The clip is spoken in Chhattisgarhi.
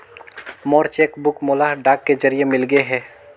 मोर चेक बुक मोला डाक के जरिए मिलगे हे